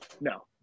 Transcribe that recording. No